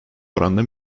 oranda